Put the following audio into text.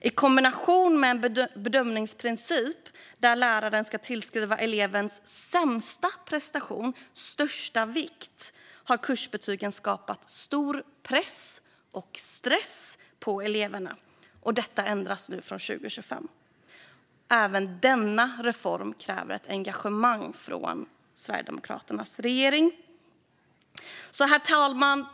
I kombination med en bedömningsprincip där läraren ska tillmäta elevens sämsta prestation störst vikt har kursbetygen skapat stor press och stress på eleverna. Detta ändras från 2025. Även denna reform kräver engagemang från Sverigedemokraternas regering. Herr talman!